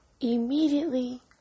Immediately